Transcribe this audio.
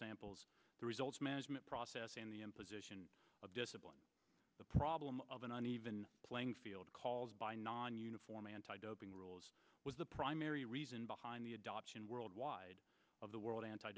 samples the results management process and the imposition of discipline the problem of an uneven playing field calls by non uniform anti doping rules was the primary reason behind the adoption worldwide of the world anti